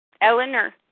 Eleanor